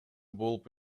болуп